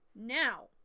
Now